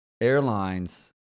Airlines